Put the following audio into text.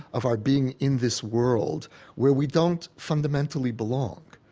of our being in this world where we don't fundamentally belong,